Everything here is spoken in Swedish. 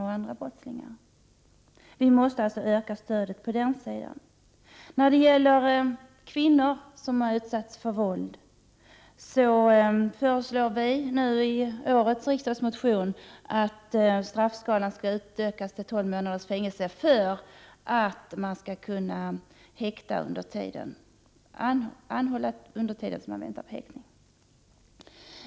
Stödet måste alltså öka på den sidan. När det gäller kvinnor som har utsatts för våld föreslår centerpartiet i en motion till årets riksdag att straffskalan skall utökas till tolv månaders fängelse för att anhållan skall kunna göras under tiden före häktning.